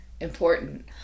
important